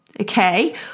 Okay